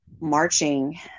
marching